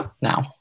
now